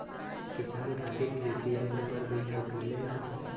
किसान खातिर कृषि यंत्र पर भी छूट मिलेला?